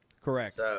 Correct